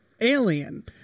alien